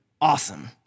awesome